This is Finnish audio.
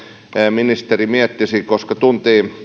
ministeri miettisi koska tuntee